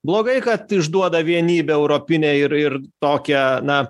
blogai kad išduoda vienybę europinę ir ir tokią na